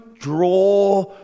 Draw